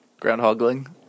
Groundhogling